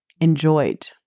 enjoyed